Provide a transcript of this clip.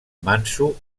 manso